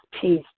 Peace